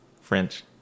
French